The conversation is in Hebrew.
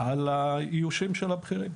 על האיושים של הבכירים,